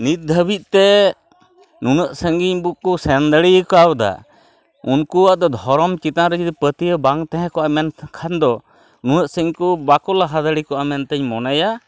ᱱᱤᱛ ᱫᱷᱟᱹᱵᱤᱡᱛᱮ ᱱᱩᱱᱟᱹᱜ ᱥᱟᱺᱜᱤᱧ ᱵᱟᱠᱚ ᱥᱮᱱ ᱫᱟᱲᱮ ᱠᱟᱣᱫᱟ ᱩᱱᱠᱩᱣᱟᱜ ᱫᱚ ᱫᱷᱚᱨᱚᱢ ᱪᱤᱛᱟᱱᱨᱮ ᱡᱩᱫᱤ ᱯᱟᱹᱛᱭᱟᱹᱣ ᱵᱟᱝ ᱛᱮᱦᱮᱠᱚᱜᱼᱟ ᱢᱮᱱᱠᱷᱟᱱ ᱫᱚ ᱩᱱᱟᱹᱜ ᱥᱟᱺᱜᱤᱧ ᱠᱚ ᱵᱟᱠᱚ ᱞᱟᱦᱟ ᱫᱟᱲᱮᱠᱚᱜᱼᱟ ᱢᱮᱱᱛᱮᱧ ᱢᱚᱱᱮᱭᱟ